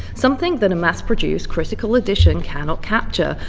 something that a mass-produced critical edition cannot capture,